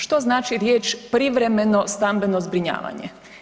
Što znači riječ „privremeno stambeno zbrinjavanje“